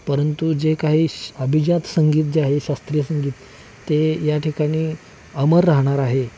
परंतु जे काही श अभिजात संगीत जे आहे शास्त्रीय संगीत ते या ठिकाणी अमर राहणार आहे